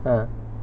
ah